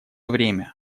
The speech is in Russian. время